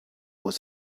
was